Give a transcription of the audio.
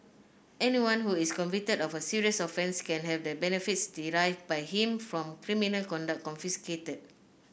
anyone who is convicted of a serious offence can have the benefits derived by him from criminal conduct confiscated